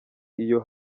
iyo